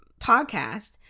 podcast